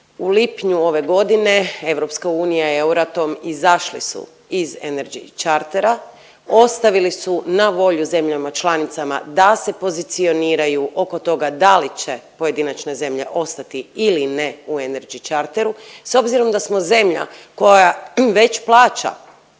U lipnju ove godine EU i EURATOM izašli su iz Energy Chartera. Ostavili su na volju zemljama članicama da se pozicioniraju oko toga da li će pojedinačne zemlje ostati ili ne u Energy Charteru. S obzirom da smo zemlja koja već plaća